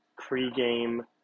pregame